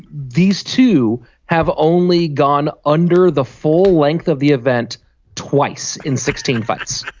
these two have only gone under the full length of the event twice in sixteen fights.